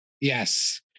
Yes